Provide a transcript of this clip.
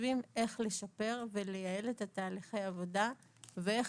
חושבים איך לשפר ולייעל את תהליכי העבודה ואיך